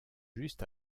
juste